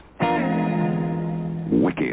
wicked